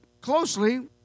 closely